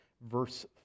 verse